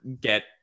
get